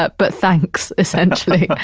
but but thanks, essentially.